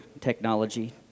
technology